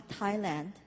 Thailand